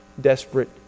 desperate